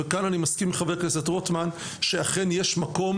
וכאן אני מסכים עם חבר הכנסת רוטמן שאכן יש מקום